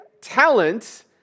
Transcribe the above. talent